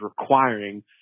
requiring